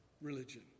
religion